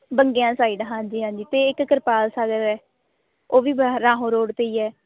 ਬੰਗਿਆ side ਹਾਂਜੀ ਹਾਂਜੀ ਅਤੇ ਇੱਕ ਕਰਪਾਲ ਸਾਗਰ ਹੈ ਉਹ ਵੀ ਰਾਹੋਂ ਰੋਡ 'ਤੇ ਹੀ ਹੈ